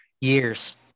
years